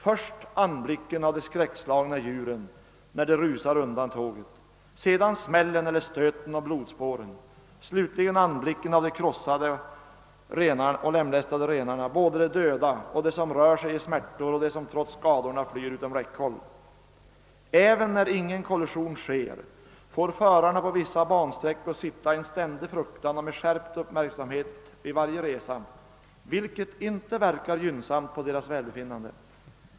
Först anblicken av de skräckslagna djuren när de rusar undan tåget, sedan smällen eller stöten och blodspåren, slutligen anblicken av de krossade och lemlästade renarna — både de döda och de som rör sig i smärtor och de som trots skadorna flyr utom räckhåll. Även när ingen kollision sker, får förarna på vissa bansträckor sitta i ständig fruktan och med skärpt uppmärksamhet vid varje resa, vilket inte verkar gynnsamt på deras välbefinnande.